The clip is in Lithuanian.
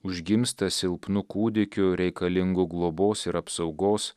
užgimsta silpnu kūdikiu reikalingu globos ir apsaugos